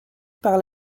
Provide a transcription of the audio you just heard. par